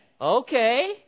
Okay